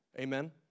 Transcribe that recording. Amen